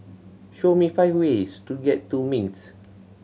show me five ways to get to Minsk